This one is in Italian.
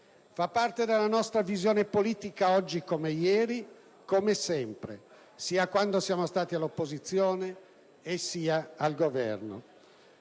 Fa parte della nostra visione politica, oggi come ieri, come sempre: sia quando siamo stati all'opposizione, sia oggi al Governo.